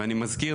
ואני מזכיר,